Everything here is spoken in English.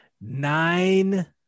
nine